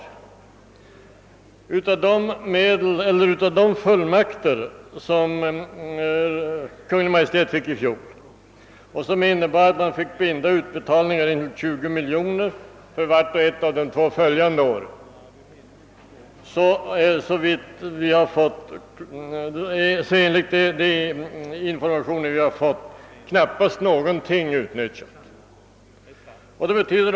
Kungl. Maj:t fick i fjol fullmakter som innebar att man fick binda utbetalningen intill 20 miljoner kronor för vart och ett av de följande åren, men enligt de informationer vi har fått har knappast någonting därav utnyttjats.